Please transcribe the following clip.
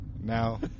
now